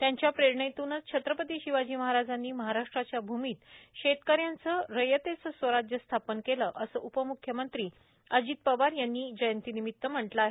त्यांच्या प्रेरणेतूनच छत्रपती शिवाजी महाराजांनी महाराष्ट्राच्या भूमीत शेतकऱ्यांचे रयतेचे स्वराज्य स्थापन केले असे उपम्ख्यमंत्री अजित पवार यांनी जयंती निमित्त म्हटल आहे